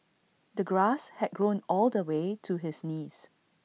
the grass had grown all the way to his knees